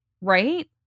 right